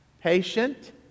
patient